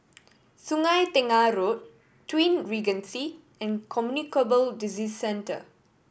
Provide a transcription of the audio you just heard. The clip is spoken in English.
Sungei Tengah Road Twin Regency and Communicable Disease Centre